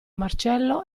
marcello